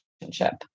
relationship